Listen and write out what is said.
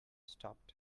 stopped